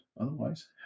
Otherwise